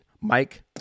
Mike